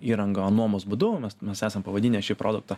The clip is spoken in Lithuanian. įrangą nuomos būdu mes esam pavadinę šį produktą